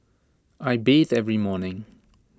I bathe every morning